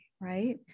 right